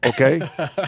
okay